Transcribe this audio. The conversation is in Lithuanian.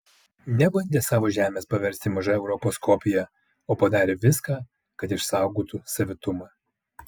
nebandė savo žemės paversti maža europos kopija o padarė viską kad išsaugotų savitumą